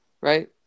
Right